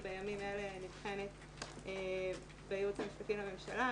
היא בימים אלה נבחנת בייעוץ המשפטי לממשלה,